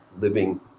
living